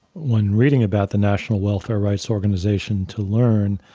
when reading about the national welfare rights organization to learn,